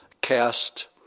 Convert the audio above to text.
cast